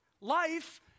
Life